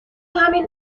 همین